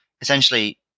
essentially